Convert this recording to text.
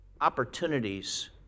opportunities